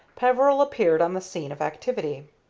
peveril appeared on the scene of activity.